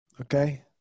Okay